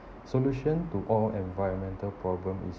solution to all environmental problem is